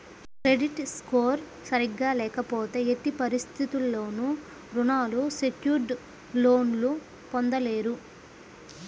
credit score సరిగ్గా లేకపోతే ఎట్టి పరిస్థితుల్లోనూ రుణాలు సెక్యూర్డ్ లోన్లు పొందలేరు